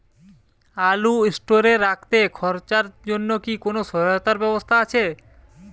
আলু স্টোরে রাখতে খরচার জন্যকি কোন সহায়তার ব্যবস্থা আছে?